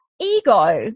ego